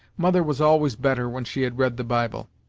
mother was always better when she had read the bible.